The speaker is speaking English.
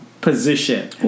position